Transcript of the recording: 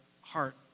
heart